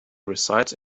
resides